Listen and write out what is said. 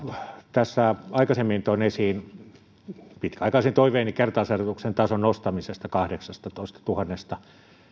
tässä aikaisemmin toin esiin pitkäaikaisen toiveeni kertausharjoitusten tason nostamisesta kahdeksastatoistatuhannesta